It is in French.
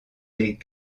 des